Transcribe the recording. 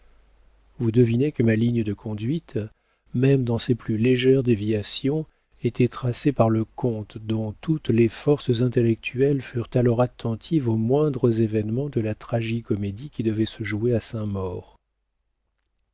vous devinez que ma ligne de conduite même dans ses plus légères déviations était tracée par le comte dont toutes les forces intellectuelles furent alors attentives aux moindres événements de la tragi comédie qui devait se jouer rue saint-maur